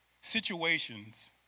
situations